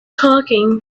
talking